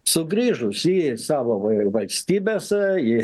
sugrįžusi į savo ir valstybės į